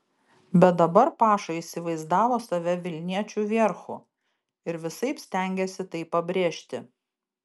bet dabar paša įsivaizdavo save vilniečių vierchu ir visaip stengėsi tai pabrėžti